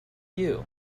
you